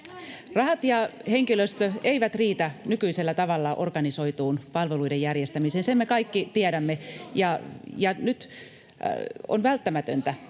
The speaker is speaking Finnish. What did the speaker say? Rahat ja henkilöstö eivät riitä nykyisellä tavalla organisoituun palveluiden järjestämiseen. Sen me kaikki tiedämme. Nyt on välttämätöntä,